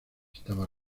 estaba